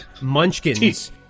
Munchkins